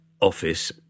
office